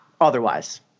Otherwise